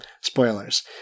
Spoilers